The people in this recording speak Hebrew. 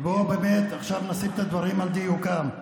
בוא באמת עכשיו נעמיד את הדברים על דיוקם.